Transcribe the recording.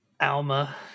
Alma